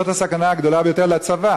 זו הסכנה הגדולה ביותר לצבא,